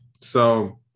So-